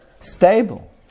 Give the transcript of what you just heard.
stable